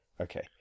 Okay